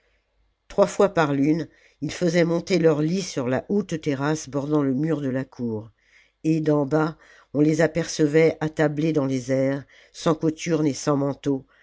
trois fois par lune ils faisaient monter leurs lits sur la haute terrasse bordant le mur de la cour et d'en bas on les apercevait attablés dans les airs sans cothurnes et sans manteaux